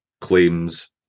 claims